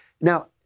Now